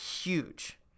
huge